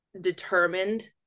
determined